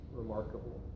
remarkable